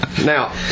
Now